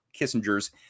Kissinger's